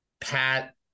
pat